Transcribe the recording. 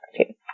okay